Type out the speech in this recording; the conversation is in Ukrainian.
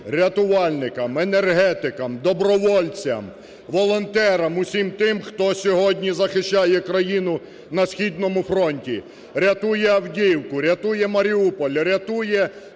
рятувальникам, енергетикам, добровольцям, волонтерам – усім тим, хто сьогодні захищає країну на східному фронті, рятує Авдіївку, рятує Маріуполь, рятує